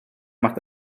macht